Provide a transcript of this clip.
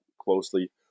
closely